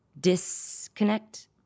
disconnect